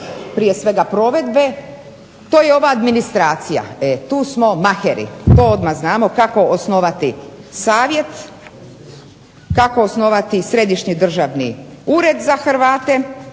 prije svega provedbe to je ova administracija. E tu smo maheri. To odmah znamo kako osnovati savjet, kako osnovati središnji državni ured za Hrvate.